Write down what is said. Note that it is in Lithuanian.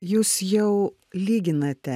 jūs jau lyginate